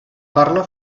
parla